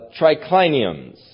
tricliniums